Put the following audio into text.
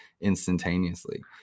instantaneously